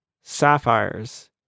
sapphires